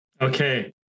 Okay